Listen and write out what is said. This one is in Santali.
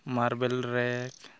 ᱢᱟᱨᱵᱮᱞ ᱨᱮᱠ